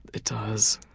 it does.